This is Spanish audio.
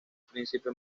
príncipe